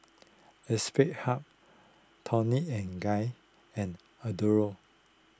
Aspire Hub Toni and Guy and Adore